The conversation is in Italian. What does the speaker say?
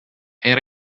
era